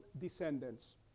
descendants